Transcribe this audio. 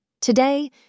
Today